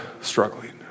struggling